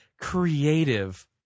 creative